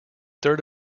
third